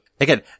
again